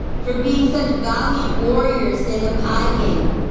for being such valiant warriors in the pi game.